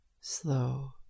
slow